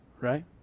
right